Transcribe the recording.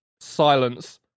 Silence